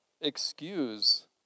excuse